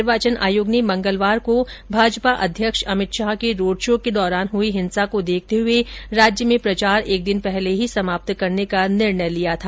निर्वाचन आयोग ने मंगलवार को भारतीय जनता पार्टी के अध्यक्ष अमित शाह के रोड शो के दौरान हुई हिंसा को देखते हुए राज्य में प्रचार एक दिन पहले ही समाप्त करने का निर्णय लिया था